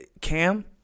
Cam